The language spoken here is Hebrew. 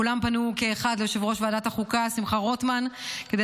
כולם פנו כאחד ליושב-ראש ועדת החוקה שמחה רוטמן כדי